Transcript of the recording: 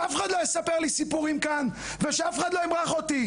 שאף אחד לא יספר לי סיפורים ושאף אחד לא ימרח אותי.